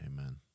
Amen